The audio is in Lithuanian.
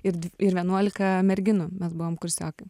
ir d ir vienuolika merginų mes buvom kursiokai